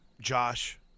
Josh